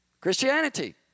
Christianity